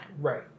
Right